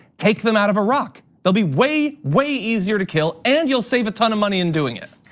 take them out of iraq, they'll be way, way easier to kill and you'll save a ton of money in doing it.